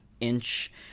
inch